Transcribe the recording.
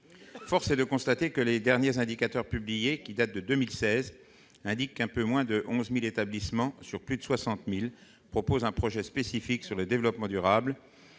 Force est de constater que, selon les derniers indicateurs publiés, qui datent de 2016, un peu moins de 11 000 établissements, sur plus de 60 000, proposent un projet spécifique sur le développement durable